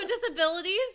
disabilities